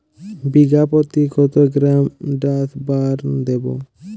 বিঘাপ্রতি কত gram Dursban দেবো?